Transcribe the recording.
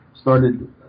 started